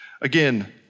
Again